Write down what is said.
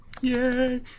Yay